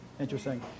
Interesting